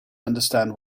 understand